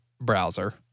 browser